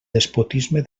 despotisme